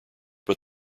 but